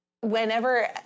Whenever